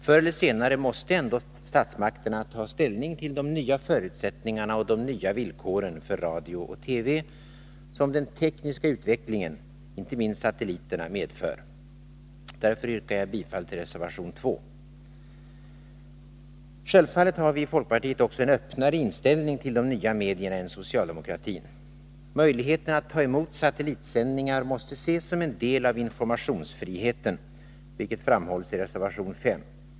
Förr eller senare måste ändå statsmakterna ta ställning till de nya förutsättningarna och de nya villkor för radio och TV som den tekniska utvecklingen, inte minst satelliterna, medför. Därför yrkar jag bifall till reservation 2. Självfallet har vi i folkpartiet också en öppnare inställning till de nya medierna än socialdemokratin. Möjligheten att ta emot satellitsändningar måste ses som en del av informationsfriheten, vilket framhålls i reservation 5.